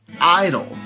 idol